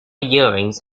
earrings